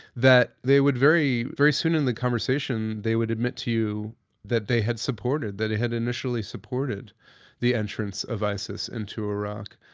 that they would very, very soon in the conversation, they would admit to you that they had supported, that they had initially supported the entrance of isis into iraq.